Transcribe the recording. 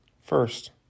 First